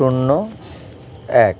শূন্য এক